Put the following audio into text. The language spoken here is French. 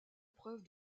preuve